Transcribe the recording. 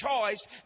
choice